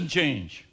change